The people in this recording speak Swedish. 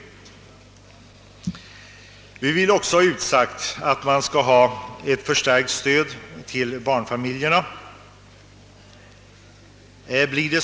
Vi vill också ha ett förstärkt stöd till barnfamiljerna.